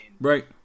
Right